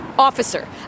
Officer